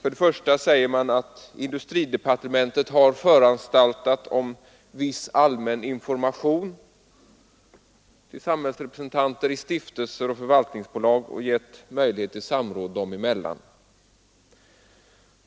För det första säger man att industridepartementet har föranstaltat om viss allmän information till samhällsrepresentanterna i stiftelser och förvaltningsbolag och gett möjlighet till samråd dem emellan.